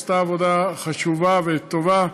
היא עשתה עבודה חשובה וטובה,